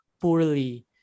poorly